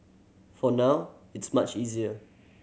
for now it's much easier